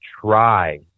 try